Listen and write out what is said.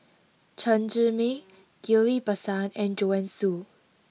Chen Zhiming Ghillie Basan and Joanne Soo